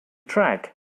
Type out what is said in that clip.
track